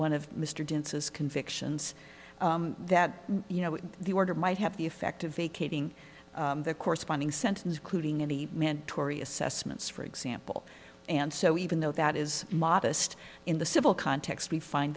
one of mr dances convictions that you know the order might have the effect of vacating the corresponding sentence quoting in the mandatory assessments for example and so even though that is modest in the civil context we find